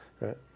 right